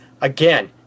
again